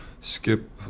skip